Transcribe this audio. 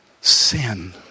sin